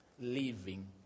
living